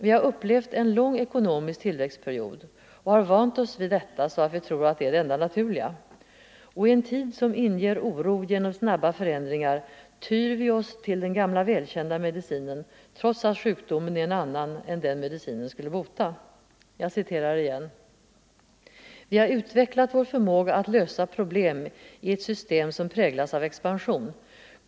Vi har upplevt en lång ekonomisk tillväxtperiod och har vant oss vid detta, så att vi tror det är det enda naturliga. Och i en tid som inger oro genom snabba förändringar tyr vi oss till den gamla välkända medi Nr 125 cinen, trots att sjukdomen är en annan än den medicinen skulle bota. Onsdagen den Bo Hedberg skriver: ”Vi har utvecklat vår förmåga att lösa problem 20 november 1974 i ett system som präglas av expansion.